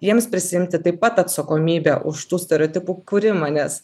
jiems prisiimti taip pat atsakomybę už tų stereotipų kūrimą nes